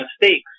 mistakes